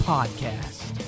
Podcast